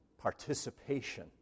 participation